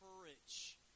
courage